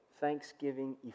thanksgiving